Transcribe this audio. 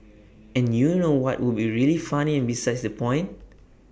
and you know what would be really funny and besides the point